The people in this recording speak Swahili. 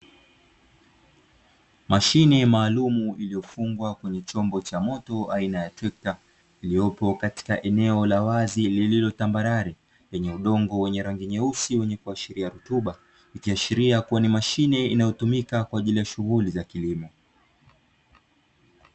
Mashine maalumu iliyofungwa kwenye chombo cha moto aina ya trekta iliyopo katika eneo la wazi lililo tambarare, lenye udongo wenye rangi nyeusi wenye kuashiria rutuba, ikiashiria kuwa ni mashine inayotumika kwa ajili ya shughuli za kilimo.